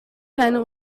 keine